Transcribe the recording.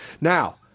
Now